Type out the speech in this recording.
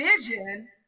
vision